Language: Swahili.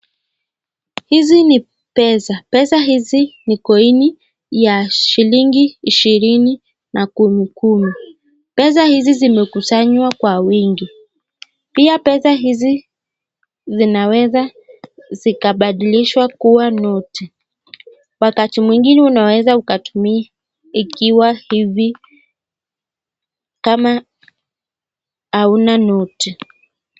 Hizi ni pesa. Pesa hizi ni koini ya shilingi ishirini na kumi kumi, pesa hizi zimekusanywa kwa uwingi. Pia pesa hizi zinaweza zikapadilishwa kuwa noti. Wakati mwingine unaweza ukatumia ikiwa hivi kama hauna noti.